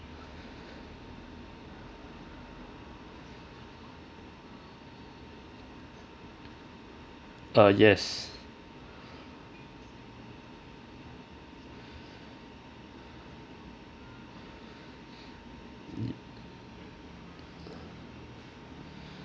uh yes